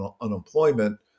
unemployment